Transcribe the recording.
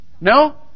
no